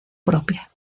propia